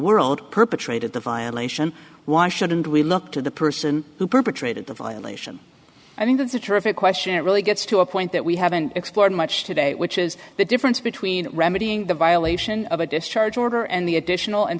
world perpetrated the violation why shouldn't we look to the person who perpetrated the violation i mean that's a terrific question it really gets to a point that we haven't explored much today which is the difference between remedying the violation of a discharge order and the additional